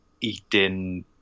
eating